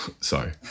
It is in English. Sorry